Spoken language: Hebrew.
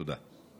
תודה.